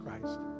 Christ